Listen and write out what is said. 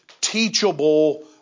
teachable